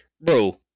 Bro